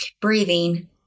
breathing